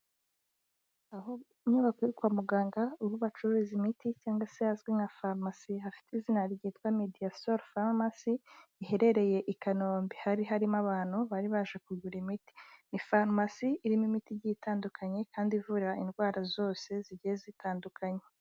Aho inyubako yo kwa muganga ubu bacuruza imiti cyangwa se azwi nka farumasi hafite izina ryitwa Mediasor Pharmacy iherereye i Kanombe hari harimo abantu bari baje kugura imiti. Ni farumasi irimo imiti igiye itandukanye kandi ivura indwara zose zigiye zitandukanye.